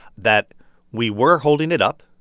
that we were holding it up.